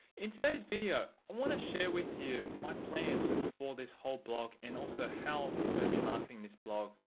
in today's video, i want to share with you my plans for this whole blog and also how i'm going ot be marketing this blog.